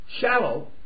shallow